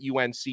UNC